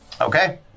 Okay